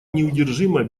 неудержимая